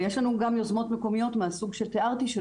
ויש לנו גם יוזמות מקומיות מהסוג שתיארתי של